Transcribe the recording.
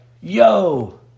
yo